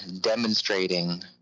demonstrating